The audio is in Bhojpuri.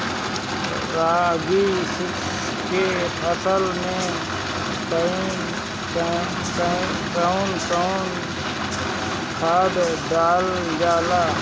रागी के फसल मे कउन कउन खाद डालल जाला?